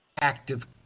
active